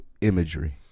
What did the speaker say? Imagery